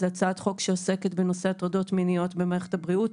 זו הצעת חוק שעוסקת בנושא הטרדות מיניות במערכת הבריאות,